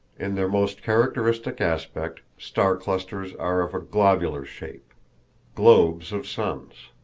in their most characteristic aspect star-clusters are of a globular shape globes of suns!